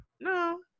No